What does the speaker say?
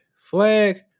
flag